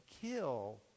kill